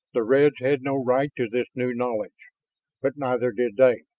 the reds had no right to this new knowledge but neither did they.